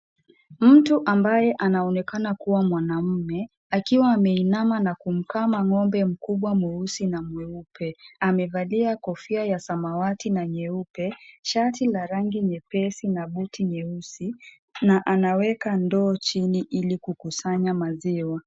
Mtu ambaye anaonekana kuwa mwanaume, akiwa ameinama na kumkama ng'ombe mkubwa mweusi na mweupe. Amevalia kofia ya samawati na nyeupe, shati la rangi nyepesi na buti nyeusi na anaweka ndoo chini ili kukusanya maziwa.